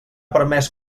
permés